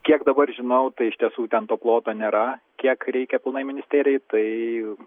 kiek dabar žinau tai iš tiesų ten to ploto nėra kiek reikia pilnai ministerijai tai